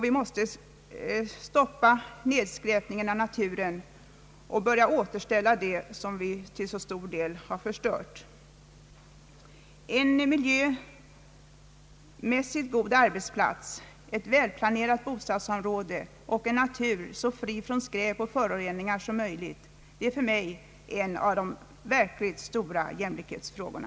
Vi måste stoppa nedskräpningen av naturen och börja återställa det som vi till så stor del har förstört. En miljö med god arbetsplats, ett välplanerat bostadsområde och en natur så fri från föroreningar som möjligt är för mig en av de verkligt stora jämlikhetsfrågorna.